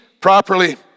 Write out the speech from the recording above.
properly